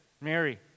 Mary